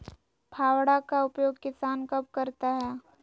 फावड़ा का उपयोग किसान कब करता है?